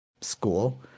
school